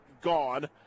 gone